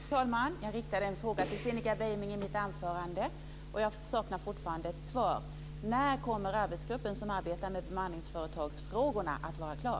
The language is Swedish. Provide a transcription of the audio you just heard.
Fru talman! Jag riktade en fråga till Cinnika Beiming i mitt anförande, och jag saknar fortfarande ett svar: När kommer den arbetsgrupp som arbetar med bemanningsföretagsfrågorna att vara klar?